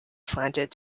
slanted